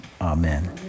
Amen